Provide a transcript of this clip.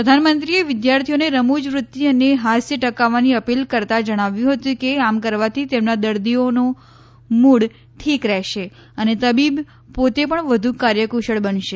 પ્રધાનમંત્રીએ વિદ્યાર્થીઓને રમુજવૃત્તી અને હાસ્ય ટકાવવાની અપીલ કરતાં જણાવ્યું હતુ કે આમ કરવાથી તેમનાં દર્દીઓનો મૂડ ઠીક રહેશે અને તબીબ પોતે પણ વધુ કાર્યકુશળ બનશે